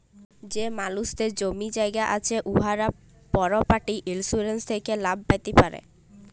যে মালুসদের জমি জায়গা আছে উয়ারা পরপার্টি ইলসুরেলস থ্যাকে লাভ প্যাতে পারে